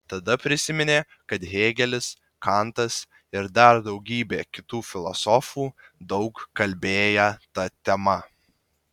tada prisiminė kad hėgelis kantas ir dar daugybė kitų filosofų daug kalbėję ta tema